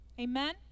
Amen